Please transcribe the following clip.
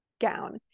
gown